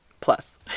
Plus